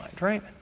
right